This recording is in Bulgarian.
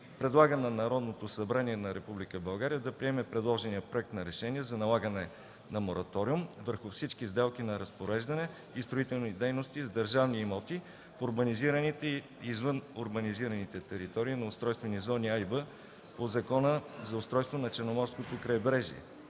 предлага на Народното събрание на Република България да приеме предложения Проект за решение за налагане на мораториум върху всички сделки на разпореждане и строителни дейности с държавни имоти в урбанизираните и извънурбанизираните територии на устройствени зони „А” и „Б” по Закона за устройството на Черноморското крайбрежие,